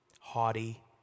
haughty